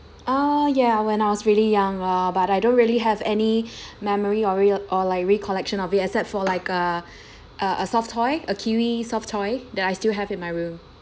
oh ya when I was really young uh but I don't really have any memory of it or like recollection of it except for like a a soft toy a kiwi soft toy that I still have in my room